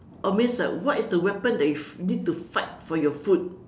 or means like what is the weapon that you you need to fight for your food